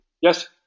Yes